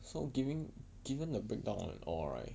so giving given the breakdown and all right